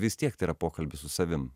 vis tiek tai yra pokalbis su savim